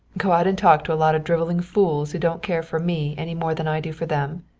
go out and talk to a lot of driveling fools who don't care for me any more than i do for them?